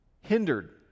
hindered